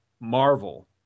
Marvel